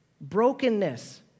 Brokenness